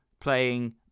playing